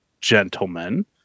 gentlemen